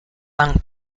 are